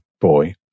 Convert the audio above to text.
boy